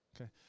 Okay